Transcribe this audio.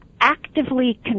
actively